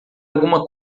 alguma